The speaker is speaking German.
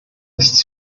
muss